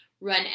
run